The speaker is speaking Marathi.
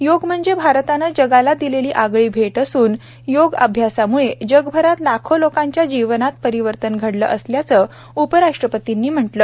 योग म्हणजे भारताने जगाला दिलेली आगळी भेटअसून योग अभ्यासाम्ळे जगभरात लाखो लोकांच्या जीवनात परिवर्तन घडले असल्याचे उपराष्ट्रपतीनी सांगितले